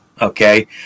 okay